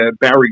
Barry